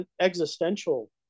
existential